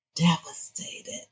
devastated